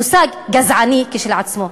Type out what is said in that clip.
מושג גזעני כשלעצמו.